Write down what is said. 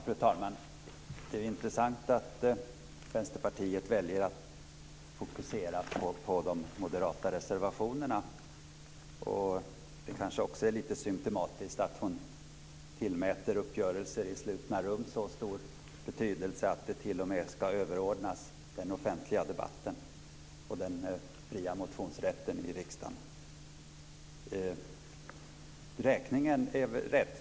Fru talman! Det är intressant att Vänsterpartiet väljer att fokusera på de moderata reservationerna. Det kanske också är lite symtomatiskt att hon tillmäter uppgörelser i slutna rum så stor betydelse att de t.o.m. ska överordnas den offentliga debatten och den fria motionsrätten i riksdagen. Räkningen är rätt.